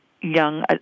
young